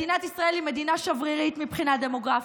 מדינת ישראל היא מדינה שברירית מבחינה דמוגרפית,